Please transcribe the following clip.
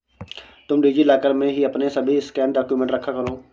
तुम DigiLocker में ही अपने सभी स्कैंड डाक्यूमेंट रखा करो